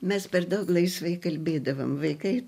mes per daug laisvai kalbėdavom vaikai